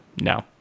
no